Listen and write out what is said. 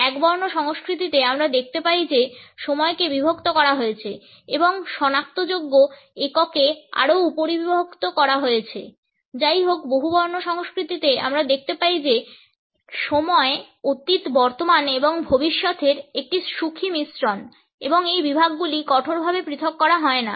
একবর্ণ সংস্কৃতিতে আমরা দেখতে পাই যে সময়কে বিভক্ত করা হয়েছে এবং শনাক্তযোগ্য এককে আরও উপবিভক্ত করা হয়েছে যাইহোক বহুবর্ণ সংস্কৃতিতে আমরা দেখতে পাই যে সময় অতীত বর্তমান এবং ভবিষ্যতের একটি সুখী মিশ্রণ এবং এই বিভাগগুলি কঠোরভাবে পৃথক করা হয় না